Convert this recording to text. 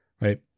right